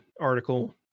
article